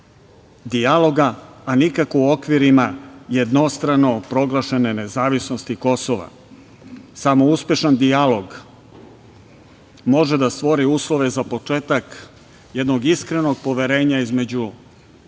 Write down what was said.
dijaloga, a nikako u okvirima jednostrano proglašene nezavisnosti Kosova. Samo uspešan dijalog može da stvori uslove za početak jednog iskrenog poverenja između